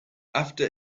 after